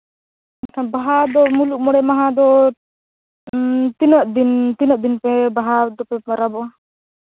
ᱵᱟᱦᱟ ᱫᱚ ᱢᱩᱞᱩᱜ ᱢᱚᱬᱮ ᱢᱟᱦᱟ ᱫᱚ ᱛᱤᱱᱟᱹᱜ ᱫᱤᱱ ᱛᱤᱱᱟᱹᱜ ᱫᱤᱱ ᱯᱮ ᱵᱟᱦᱟ ᱫᱚᱯᱮ ᱯᱚᱨᱚᱵᱚᱜᱼᱟ